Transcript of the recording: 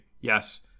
yes